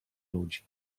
ludzi